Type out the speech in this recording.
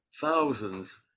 thousands